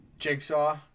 jigsaw